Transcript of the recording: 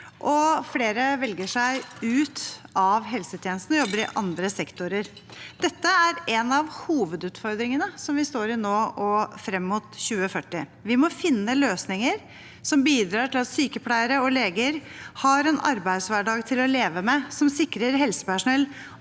flere velger seg ut av helsetjenesten og jobber i andre sektorer. Dette er en av hovedutfordringene som vi står i nå og frem mot 2040. Vi må finne løsninger som bidrar til at sykepleiere og leger har en arbeidshverdag til å leve med, og som sikrer helsepersonell